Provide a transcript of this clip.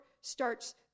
starts